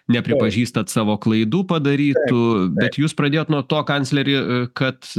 nepripažįstat savo klaidų padarytų bet jūs pradėjot nuo to kancleri kad